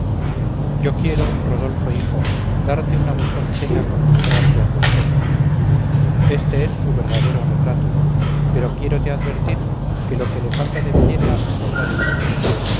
yo quiero rodolfo hijo darte una gustosa cena con mostrarte a tu esposa éste es su verdadero retrato pero quiérote advertir que lo que le falta de belleza le sobra de virtud